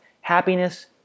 Happiness